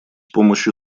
помощью